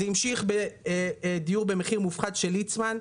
זה המשיך בדיור במחיר מופחת של ליצמן,